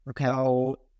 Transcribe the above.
Okay